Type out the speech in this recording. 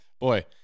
Boy